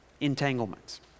Entanglements